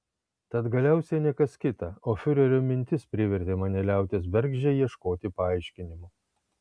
tad galiausiai ne kas kita o fiurerio mintis privertė mane liautis bergždžiai ieškoti paaiškinimų